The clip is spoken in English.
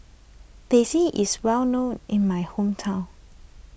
Teh C is well known in my hometown